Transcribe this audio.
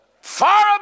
Far